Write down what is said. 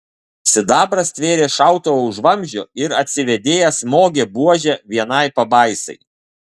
sidabras stvėrė šautuvą už vamzdžio ir atsivėdėjęs smogė buože vienai pabaisai